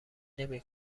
نمی